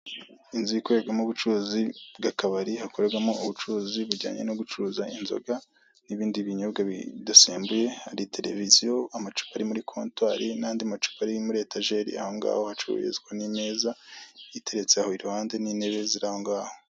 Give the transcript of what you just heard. Inzu ikorerwamo ubucuruzi bw'akabari hakorerwamo ubucuruzi bijyanye no gucuruza inzoga n'ibindi binyobwa bidasembuye, hari televiziyo, amacupa ari muri kontwari n'andi macupa ari muri etajeri aho ngaho hacururizwa n'imeza iteretse aho iruhande n'intebe ziri aho ngaho.